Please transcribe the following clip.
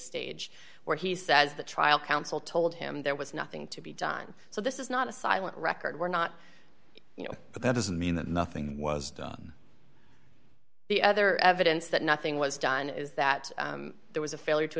stage where he says the trial counsel told him there was nothing to be done so this is not a silent record we're not you know but that doesn't mean that nothing was done the other evidence that nothing was done is that there was a failure to